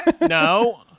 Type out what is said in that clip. No